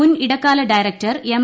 മുൻ ഇടക്കാല director M